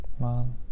Man